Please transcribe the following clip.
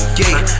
gate